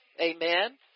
amen